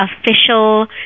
official